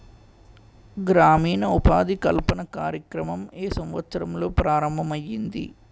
గ్రామీణ ఉపాధి కల్పన కార్యక్రమం ఏ సంవత్సరంలో ప్రారంభం ఐయ్యింది?